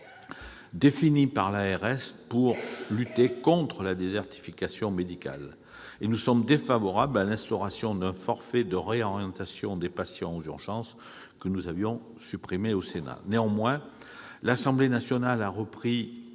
de santé, pour lutter contre la désertification médicale, mais nous sommes défavorables à l'instauration d'un forfait de réorientation des patients aux urgences, qui a été supprimé par le Sénat. Néanmoins, l'Assemblée nationale a repris